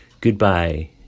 goodbye